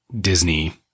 Disney